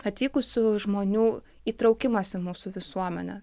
atvykusių žmonių įtraukimas į mūsų visuomenę